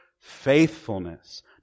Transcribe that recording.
faithfulness